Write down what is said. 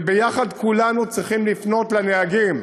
וביחד כולנו צריכים לפנות לנהגים